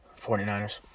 49ers